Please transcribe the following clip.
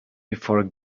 before